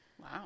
Wow